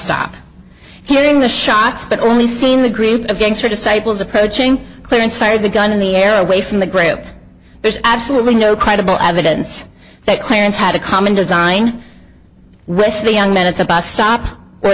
stop hearing the shots that only seen the green the gangster disciples approaching clearance fire the gun in the air away from the grape there's absolutely no credible evidence that clarence had a common design with the young men at the bus stop or